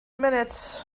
minutes